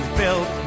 built